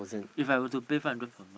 If I were to pay five hundred per month